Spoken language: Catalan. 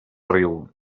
riu